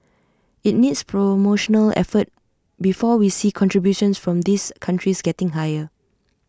IT needs promotional effort before we see contributions from these countries getting higher